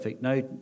no